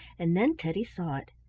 and then teddy saw it.